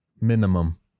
minimum